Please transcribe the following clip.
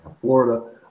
Florida